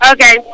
Okay